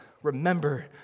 Remember